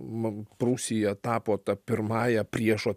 ma prūsija tapo ta pirmąja priešo